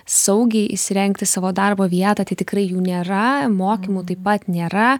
saugiai įsirengti savo darbo vietą tai tikrai jų nėra mokymų taip pat nėra